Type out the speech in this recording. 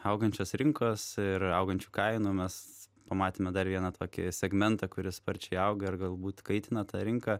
augančios rinkos ir augančių kainų mes pamatėme dar vieną tokį segmentą kuris sparčiai auga ir galbūt kaitina tą rinką